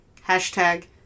Hashtag